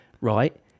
Right